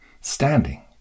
standing